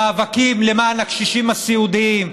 המאבקים למען הקשישים הסיעודיים.